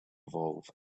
evolve